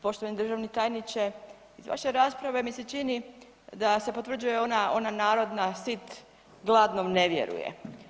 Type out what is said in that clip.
Poštovani državni tajniče, vaša rasprava mi se čini da se potvrđuje ona narodna „Sit gladnom ne vjeruje“